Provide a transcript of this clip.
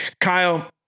Kyle